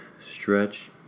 stretch